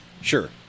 Sure